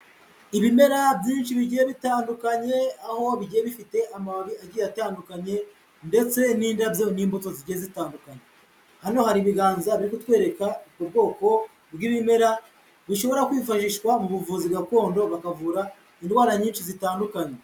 Ibimera byinshi bigiye bitandukanye aho bigiye bifite amababi agiye atandukanye ndetse n'indabyo n'imbuto zigiye zitandukanye, hano hari ibiganza biri kutwereka ubwoko bw'ibimera bishobora kwifashishwa mu buvuzi gakondo bakavura indwara nyinshi zitandukanye.